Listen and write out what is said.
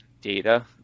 data